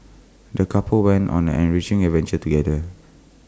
the couple went on an enriching adventure together